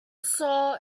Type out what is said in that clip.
saw